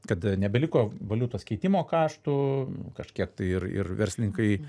kad nebeliko valiutos keitimo kaštų kažkiek tai ir ir verslininkai